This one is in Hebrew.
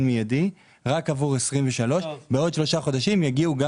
מיידי רק עבור 2023. בעוד שלושה חודשים יגיעו גם